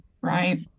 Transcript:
right